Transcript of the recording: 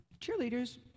cheerleaders